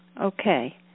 Okay